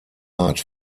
art